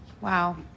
Wow